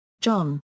John